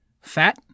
Fat